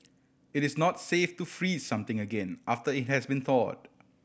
it is not safe to freeze something again after it has been thawed